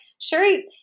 Sherry